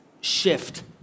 shift